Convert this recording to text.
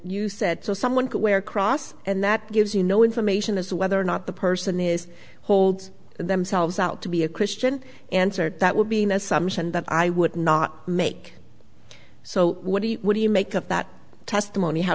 you said so someone could wear a cross and that gives you no information as to whether or not the person is holds themselves out to be a christian answered that would be no assumption that i would not make so what do you what do you make of that testimony how